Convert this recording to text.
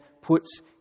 puts